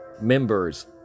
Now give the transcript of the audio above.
members